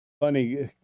funny